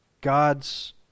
God's